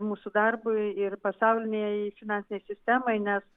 mūsų darbui ir pasaulinei finansinei sistemai nes